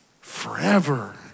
forever